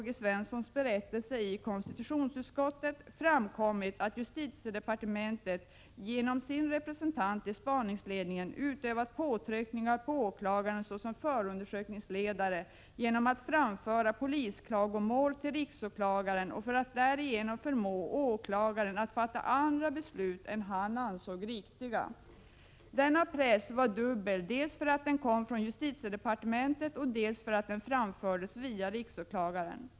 G. Svenssons berättelse i konstitutionsutskottet framkommit att justitiedepartementet genom sin representant i spaningsledningen utövat påtryckningar på åklagaren såsom förundersökningsledare genom att framföra polisklagomål till riksåklagaren, för att därigenom förmå åklagaren att fatta andra beslut än han ansåg riktiga. Denna press var dubbel, dels därför att den kom från justitiedepartementet, dels därför att den framfördes via riksåklagaren.